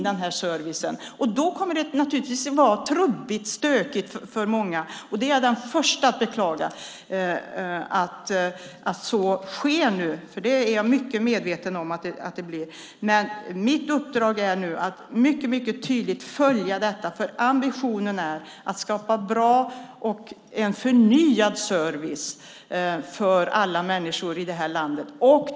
Det kommer naturligtvis att vara trubbigt och stökigt för många. Jag är den första att beklaga att så sker nu. Det är jag mycket medveten om. Mitt uppdrag är nu att mycket tydligt följa detta. Ambitionen är att skapa en bra och förnyad service för alla människor i det här landet.